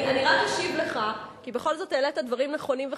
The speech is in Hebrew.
אני רק אשיב לך כי בכל זאת העלית דברים חשובים ונכונים.